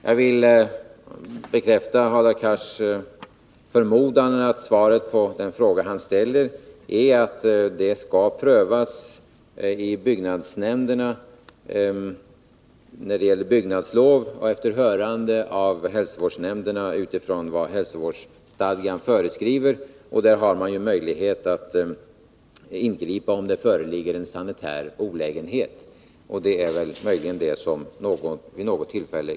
Jag vill bekräfta Hadar Cars förmodan att svaret på den fråga som han ställde är att ärendena skall prövas i byggnadsnämnderna när det gäller byggnadslov — efter hörande av hälsovårdsnämnderna, som har att bedöma ärendena utifrån vad hälsovårdsstadgan föreskriver. Man har då möjlighet att ingripa, om det föreligger en sanitär olägenhet. Det är möjligen det som kan förekomma vid något tillfälle.